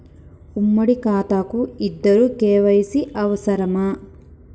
ఉమ్మడి ఖాతా కు ఇద్దరు కే.వై.సీ అవసరమా?